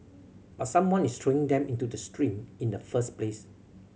but someone is throwing them into the stream in the first place